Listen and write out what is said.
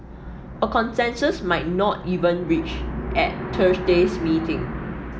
a consensus might not even reached at Thursday's meeting